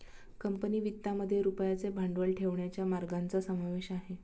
company वित्तामध्ये रुपयाचे भांडवल ठेवण्याच्या मार्गांचा समावेश आहे